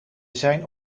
zijn